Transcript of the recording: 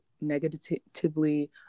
negatively